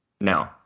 No